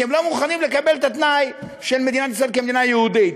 כי הם לא מוכנים לקבל את התנאי של מדינת ישראל כמדינה יהודית.